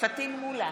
פטין מולא,